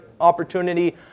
opportunity